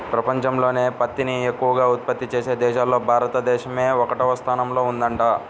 పెపంచంలోనే పత్తిని ఎక్కవగా ఉత్పత్తి చేసే దేశాల్లో భారతదేశమే ఒకటవ స్థానంలో ఉందంట